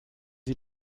sie